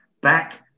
back